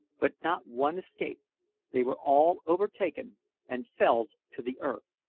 but not one escaped they were all overtaken and felled to the earth.